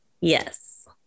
Yes